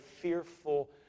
fearful